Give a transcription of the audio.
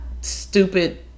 stupid